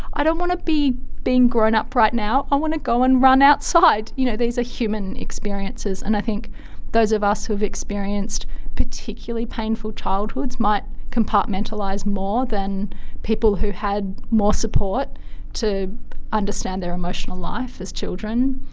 i don't want to be being grown up right now, i want to go and run outside. you know, these are human experiences, and i think those of us who have experienced particularly painful childhoods might compartmentalise more than people who had more support to understand their emotional life as children.